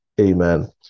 Amen